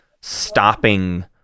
stopping